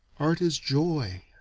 art is joy.